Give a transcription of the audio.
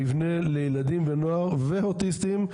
מבנה לילדים ונוער ואוטיסטים,